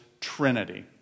trinity